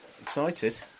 excited